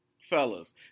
fellas